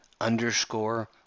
underscore